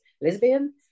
lesbian